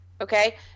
Okay